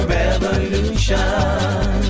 revolution